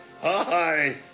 hi